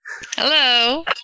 Hello